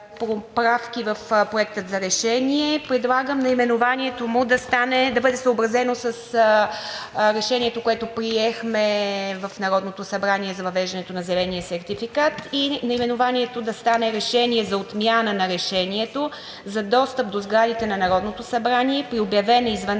в Проекта за решение. Предлагам наименованието му да бъде съобразено с Решението, което приехме в Народното събрание, за въвеждането на зеления сертификат и наименованието да стане: „Решение за отмяна на Решение за достъп до сградите на Народното събрание при обявена извънредна